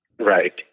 Right